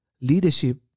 leadership